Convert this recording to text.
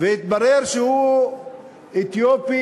והתברר שהוא אתיופי,